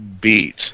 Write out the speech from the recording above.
beat